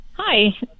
Hi